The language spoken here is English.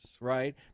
right